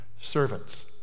servants